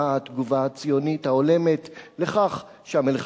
מה התגובה הציונית ההולמת לכך שהמלך